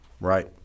right